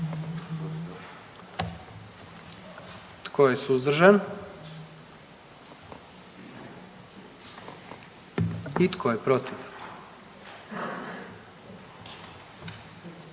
Tko je suzdržan? I tko je protiv?